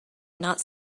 not